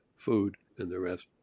food and the rest,